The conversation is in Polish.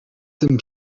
ten